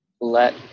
let